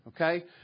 Okay